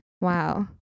Wow